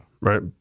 right